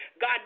God